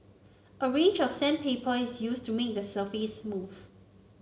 a range of sandpaper is used to make the surface smooth